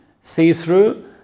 see-through